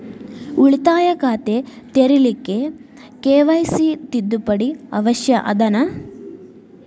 ಉಳಿತಾಯ ಖಾತೆ ತೆರಿಲಿಕ್ಕೆ ಕೆ.ವೈ.ಸಿ ತಿದ್ದುಪಡಿ ಅವಶ್ಯ ಅದನಾ?